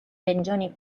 regioni